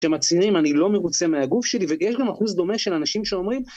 שמצהירים אני לא מרוצה מהגוף שלי, ויש גם אחוז דומה של אנשים שאומרים...